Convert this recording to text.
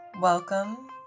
welcome